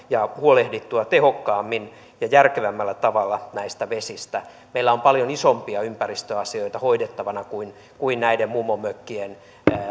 ja huolehdittua tehokkaammin ja järkevämmällä tavalla näistä vesistä meillä on paljon isompia ympäristöasioita hoidettavana kuin kuin näiden mummonmökkien